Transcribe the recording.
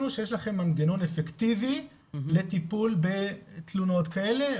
שיש לכם מנגנון אפקטיבי לטיפול בתלונות כאלה.